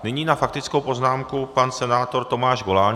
Nyní na faktickou poznámku pan senátor Tomáš Goláň.